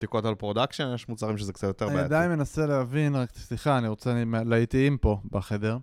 בדיקות על פרודקשן, יש מוצרים שזה קצת יותר באמת. אני עדיין מנסה להבין, סליחה, אני רוצה לאטיים פה בחדר.